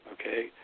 okay